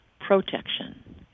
protection